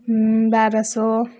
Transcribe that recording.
बाह्र सौ